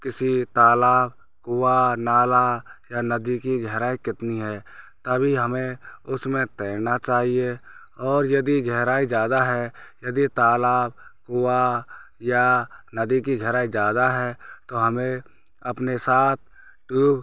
किसी तालाब कुआँ नाला या नदी की गहराई कितनी है तभी हमें उसमें तैरना चाहिए और यदि गहराई ज़्यादा है यदि तालाब कुआँ और नदी की गहराई ज़्यादा है तो हमें अपने साथ ट्यूब